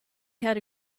had